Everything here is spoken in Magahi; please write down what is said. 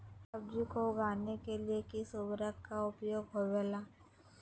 सब्जी को उगाने के लिए किस उर्वरक का उपयोग होबेला?